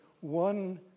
one